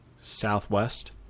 southwest